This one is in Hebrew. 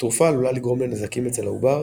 התרופה עלולה לגרום לנזקים אצל העובר,